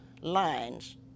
lines